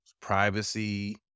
privacy